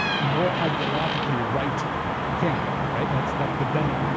more ideologically right candidate, right? that's that's the bennett.